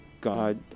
God